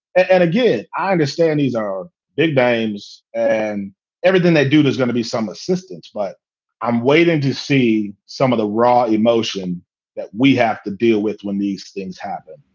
and again, i understand these are big names and everything they do, there's gonna be some assistance. but i'm waiting to see some of the raw emotion that we have to deal with when these things happen.